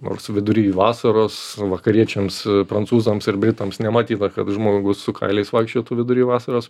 nors vidury vasaros vakariečiams prancūzams ir britams nematyta žmogus su kailiais vaikščiotų vidury vasaros